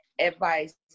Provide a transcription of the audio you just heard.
advice